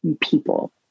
people